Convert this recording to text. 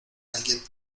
alguien